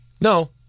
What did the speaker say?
No